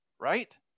right